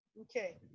Okay